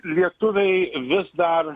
lietuviai vis dar